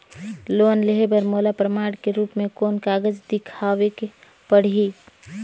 Loan लेहे बर मोला प्रमाण के रूप में कोन कागज दिखावेक पड़ही?